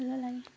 ଭଲ ଲାଗେ